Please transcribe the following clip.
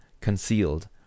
concealed